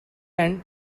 and